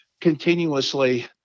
continuously